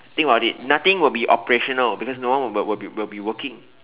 think about it nothing will be operational because no one will will be will be working